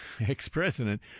ex-president